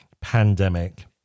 pandemic